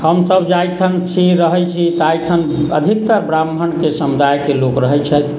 हमसब जाहिठाम छी रहैत छी ताहिठाम अधिकतर ब्राह्मणके समुदायके लोक रहैत छथि